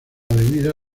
avenida